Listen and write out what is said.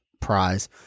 prize